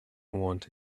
want